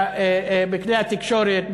בכלי התקשורת,